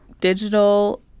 digital